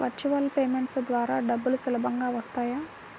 Virtual payment ద్వారా డబ్బులు సులభంగా వస్తాయా?